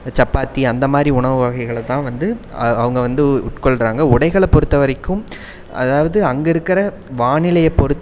சப்பாத்தி அந்தமாதிரி உணவு வகைகளைதான் வந்து அவங்க வந்து உட்கொள்ளுறாங்க உடைகளை பொறுத்த வரைக்கும் அதாவது அங்கேருக்குற வானிலையை பொறு